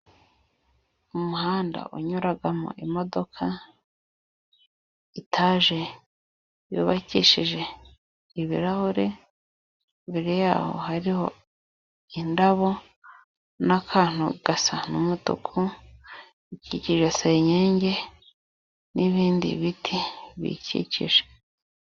Umuhanda unyuramo imodoka. Etaje yubakishije ibirahure . Imbere y'aho hari indabo n'akantu gasa n'umutuku. Ikikijwe senyenge n'ibindi biti bikikije.